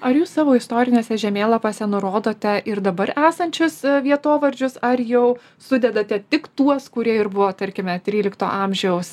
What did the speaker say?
ar jūs savo istoriniuose žemėlapiuose nurodote ir dabar esančius vietovardžius ar jau sudedate tik tuos kurie ir buvo tarkime trylikto amžiaus